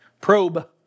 Probe